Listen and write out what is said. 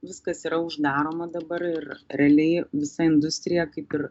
viskas yra uždaroma dabar ir realiai visa industrija kaip ir